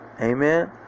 amen